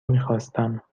میخواستم